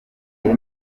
nari